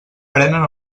prenen